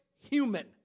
human